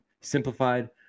simplified